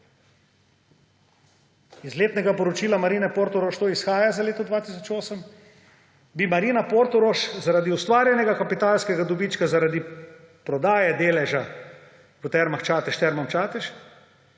iz letnega poročila Marine Portorož za leto 2008 to izhaja, bi Marina Portorož zaradi ustvarjenega kapitalskega dobička zaradi prodaje deleža v Termah Čatež Termam Čatež